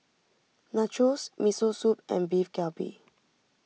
Nachos Miso Soup and Beef Galbi